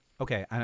okay